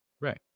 right